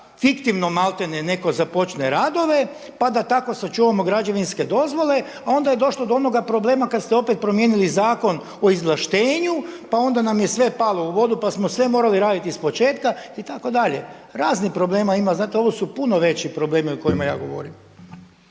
fiktivno maltene netko započne radove, pa da tako sačuvamo građevinske dozvole, pa onda je došlo do onoga problema kada ste opet promijenili Zakon o izvlaštenju, pa onda nam je sve palo u vodu, pa smo sve morali raditi iz početka itd.? Raznih problema ima. Znate, ovo su puno veći problemi o kojima ja govorim.